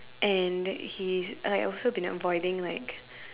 and he I've also been avoiding like